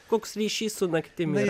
koks ryšys su naktimi